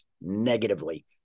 negatively